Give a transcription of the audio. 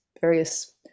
various